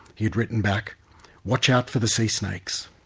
he had written back watch out for the sea snakes.